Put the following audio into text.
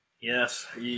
Yes